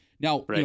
Now